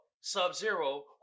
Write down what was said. Sub-Zero